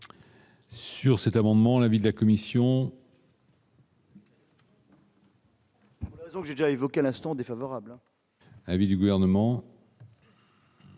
Sur cet amendement, l'avis de la commission. Donc j'déjà évoqué à l'instant défavorable. La vie du gouvernement.